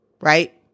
Right